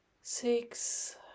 six